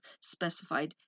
specified